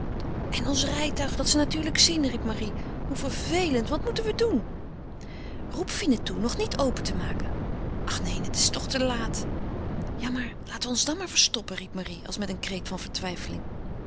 en ons rijtuig dat ze natuurlijk zien riep marie hoe vervelend wat moeten we doen roep fine toe nog niet open te maken ach neen het is toch te laat ja maar laten we ons dan maar verstoppen riep marie als met een kreet van